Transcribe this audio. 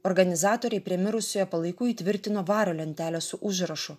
organizatoriai prie mirusiojo palaikų įtvirtino vario lentelę su užrašu